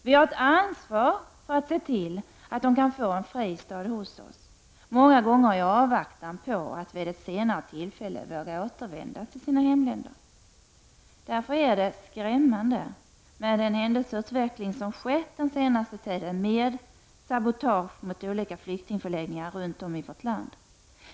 Vi har ett ansvar att se till att de kan få en fristad hos oss, många gånger i avvaktan på att vid ett senare tillfälle våga återvända till sina hemländer. Därför är det skrämmande med den händelseutveckling som skett den senaste tiden med sabotage mot olika flyktingförläggningar runt om i vårt land.